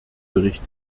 bericht